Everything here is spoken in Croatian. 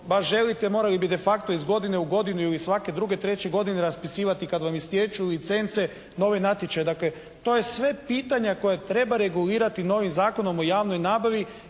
baš želite morali bi de facto iz godine u godinu ili svake druge, treće godine raspisivati kad vam istječu licence nove natječaje. To su sva pitanja koje treba regulirati novim Zakonom o javnoj nabavi